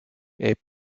est